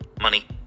money